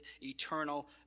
eternal